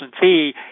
fee